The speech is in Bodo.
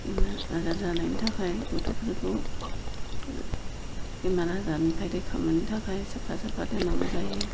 बेमार आजार जानायनि थाखाय गथ'फोरखौ बेमार आजारनिफ्राय रैखा मोननो थाखाय साफा साफा दोननांगौ जायो